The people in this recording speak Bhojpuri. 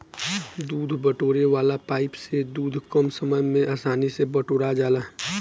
दूध बटोरे वाला पाइप से दूध कम समय में आसानी से बटोरा जाला